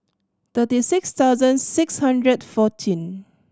thirty six thousand six hundred fourteen